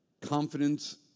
Confidence